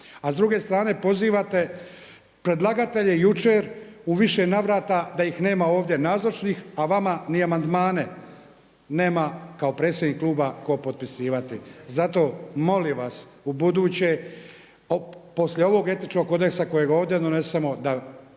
a s druge strane pozivate predlagatelje jučer u više navrata da ih nema ovdje nazočnih, a vama ni amandmane nema kao predsjednik kluba tko potpisivati. Zato molim vas ubuduće poslije ovog Etičkog kodeksa kojega ovdje donesemo da